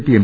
P M